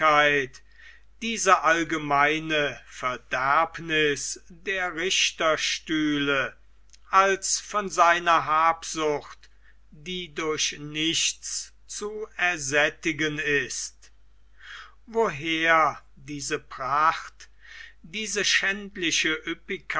diese allgemeine verderbniß der richterstühle als von seiner habsucht die durch nichts zu ersättigen ist woher diese pracht diese schändliche